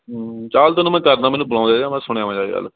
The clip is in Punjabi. ਚੱਲ ਤੈਨੂੰ ਮੈਂ ਕਰਦਾਂ ਮੈਨੂੰ ਬੁਲਾ ਰਹੇ ਆ ਮੈਂ ਸੁਣ ਆਵਾਂ ਜਾ ਕੇ ਗੱਲ